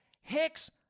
Hicks